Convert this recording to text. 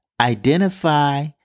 identify